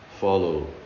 follow